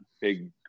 big